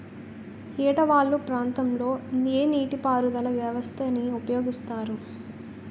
ఏట వాలు ప్రాంతం లొ ఏ నీటిపారుదల వ్యవస్థ ని ఉపయోగిస్తారు?